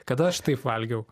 kada aš taip valgiau